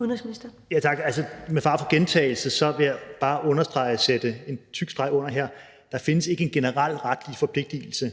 Med fare for en gentagelse må jeg bare understrege og sætte en tyk streg under, at der ikke findes en generel retlig forpligtelse